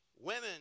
women